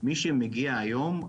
שמי שמגיע היום,